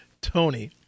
Tony